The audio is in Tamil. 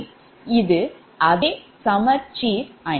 இது அதே சமச்சீர் அணி